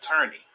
attorney